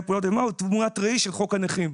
פעולות איבה הוא תמונת ראי של חוק הנכים.